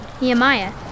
Nehemiah